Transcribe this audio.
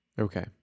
okay